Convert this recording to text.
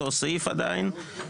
אותו סעיף עדיין,